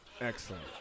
Excellent